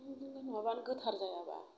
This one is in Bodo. बेबादि नङाबानो गोथार जायाबा